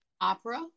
opera